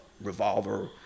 revolver